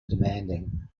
demanding